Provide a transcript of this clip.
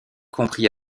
compris